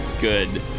good